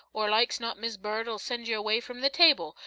or like's not mis' bird ll send yer away from the table.